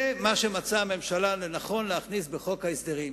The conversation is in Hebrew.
זה מה שמצאה הממשלה לנכון להכניס בחוק ההסדרים,